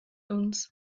uns